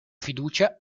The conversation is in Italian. fiducia